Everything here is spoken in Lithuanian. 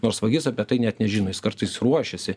nors vagis apie tai net nežino jis kartais ruošiasi